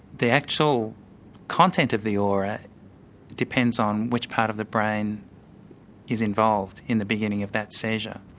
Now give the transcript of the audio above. the actual content of the aura depends on which part of the brain is involved in the beginning of that seizure.